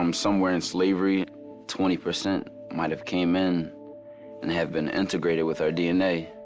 um somewhere in slavery, twenty percent might've came in and have been integrated with our dna.